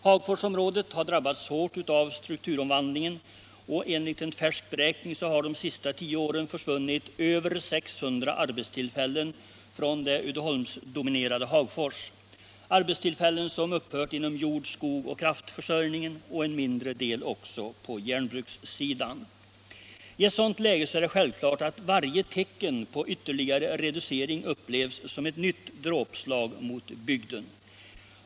Hagforsområdet har drabbats hårt av strukturomvandlingen, och enligt en färsk beräkning har det under de senaste tio åren försvunnit över 600 arbetstillfällen från det Uddeholmsdominerade Hagfors. Det rör sig om arbetstillfällen inom jordoch skogsbruk samt kraftförsörjning, till en mindre del också på järnbrukssidan. I ett sådant läge är det självklart att varje tecken på ytterligare reducering upplevs som ett nytt dråpslag mot bygden.